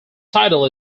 title